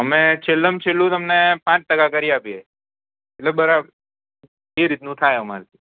અમે છેલ્લામાં છેલ્લું તમને પાંચ તકા કરી આપે એ બરાબર એ રીતનું થાય અમારે